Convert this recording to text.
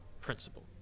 principle